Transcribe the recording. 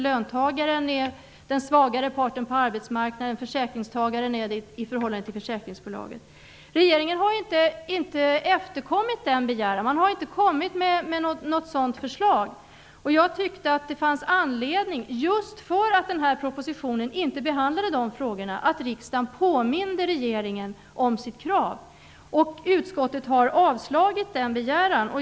Löntagaren är den svagare parten på arbetsmarknaden, och försäkringstagaren är det i förhållande till försäkringsbolaget. Regeringen har inte efterkommit den begäran. Man har inte kommit med något sådant förslag. Jag tyckte att det just därför att propositionen inte behandlar de frågorna fanns anledning för riksdagen att påminna regeringen om sitt krav. Utskottet har avslagit den begäran.